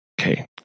Okay